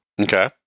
Okay